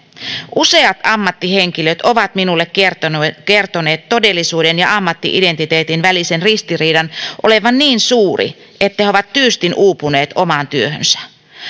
useat ammattihenkilöt ovat minulle kertoneet todellisuuden ja ammatti identiteetin välisen ristiriidan olevan niin suuri että he ovat tyystin uupuneet omaan työhönsä